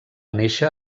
néixer